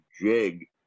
jig